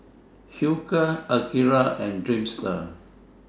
Hilker Akira and Dreamster